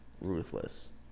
ruthless